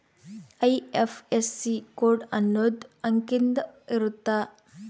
IFSC code ಅನ್ನೊಂದ್ ಅಂಕಿದ್ ಇರುತ್ತ